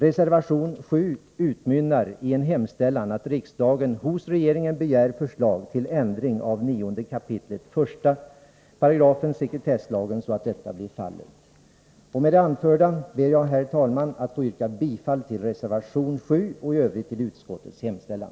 Reservation 7 utmynnar i en hemställan att riksdagen hos regeringen begär förslag till ändring av 9 kap. 1§ sekretesslagen så att detta blir fallet. Med det anförda ber jag, herr talman, att få yrka bifall till reservation 7 och i övrigt till utskottets hemställan.